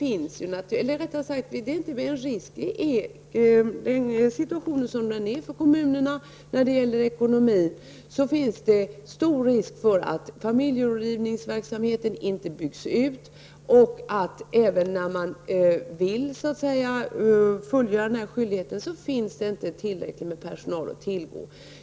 I kommuner med dålig ekonomi finns det stor risk för att familjerådgivningsverksamheten inte byggs ut. Det hjälper alltså inte med den skyldighet som införs, eftersom det inte heller finns tillräckligt med personal.